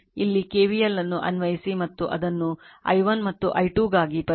ಇಲ್ಲಿ KVL ಅನ್ನು ಅನ್ವಯಿಸಿ ಮತ್ತು ಅದನ್ನು i1 ಮತ್ತು i2 ಗಾಗಿ ಪರಿಹರಿಸಿ